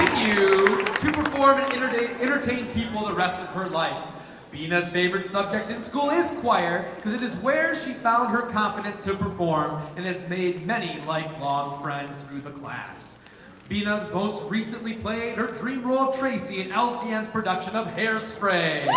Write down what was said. you to perform an innard a entertain people the rest of her life dena's favorite subject in school is choir because it is where she found her confidence to perform and has made many like um friends through the class finas you know most recently played her three brought tracy and else ian's production of hairspray